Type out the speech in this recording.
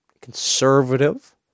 conservative